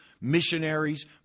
missionaries